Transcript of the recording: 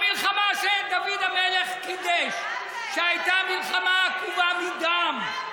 המלחמה זה דוד המלך קידש, שהייתה מלחמה עקובה מדם.